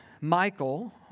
Michael